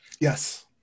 Yes